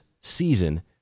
season